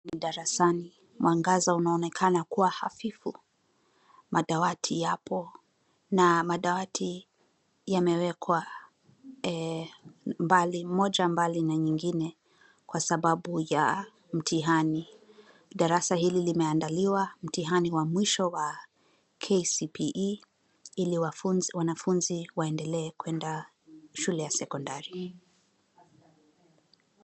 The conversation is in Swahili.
Ni darasani, mwangaza unaonekana kuwa hafifu. Madawati yapo na madawati yamewekwa moja mbali na nyingine kwa sababu ya mtihani. Darasa hili limeandaliwa mtihani wa mwisho wa KCPE ili wanafunzi waendelee kwenda shule ya sekondari.